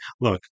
look